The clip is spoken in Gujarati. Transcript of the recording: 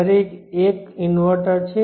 દરેક એક ઇન્વર્ટર છે